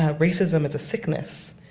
ah racism is a sickness.